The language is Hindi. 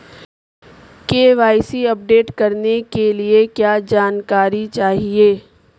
के.वाई.सी अपडेट करने के लिए क्या जानकारी चाहिए?